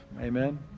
Amen